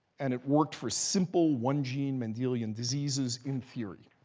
and it worked for simple one gene mendelian diseases in theory.